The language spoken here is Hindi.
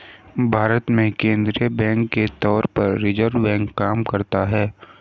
भारत में केंद्रीय बैंक के तौर पर रिज़र्व बैंक काम करता है